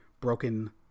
broken